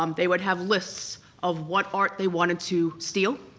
um they would have lists of what art they wanted to steal,